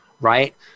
Right